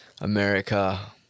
America